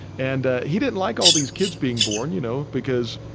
and he didn't like all these kids being born, you know because,